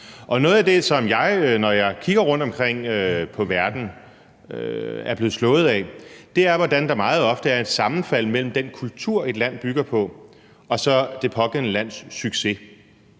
noget af det, som jeg, når jeg kigger rundtomkring i verden, er blevet slået af, er, hvordan der meget ofte er et sammenfald mellem den kultur, et land bygger på, og så det pågældende lands succes.